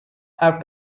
have